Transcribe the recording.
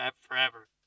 forever